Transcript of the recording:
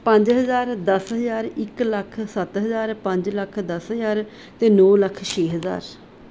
ਪੰਜ ਹਜ਼ਾਰ ਦਸ ਹਜ਼ਾਰ ਇਕ ਲੱਖ ਸੱਤ ਹਜ਼ਾਰ ਪੰਜ ਲੱਖ ਦਸ ਹਜ਼ਾਰ ਅਤੇ ਨੌ ਲੱਖ ਛੇ ਹਜ਼ਾਰ